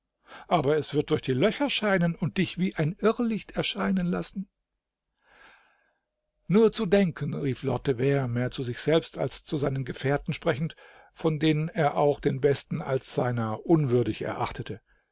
aber es wird durch die löcher scheinen und dich wie ein irrlicht erscheinen lassen nur zu denken rief lord de vere mehr zu sich selbst als zu seinen gefährten sprechend von denen er auch den besten als seiner unwürdig erachtete